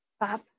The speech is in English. Bob